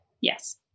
Yes